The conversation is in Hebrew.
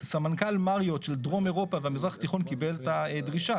סמנכ"ל מריוט של דרום אירופה והמזרח התיכון קיבל את הדרישה,